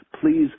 Please